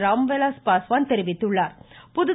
ராம்விலாஸ் பாஸ்வான் தெரிவித்துள்ளா்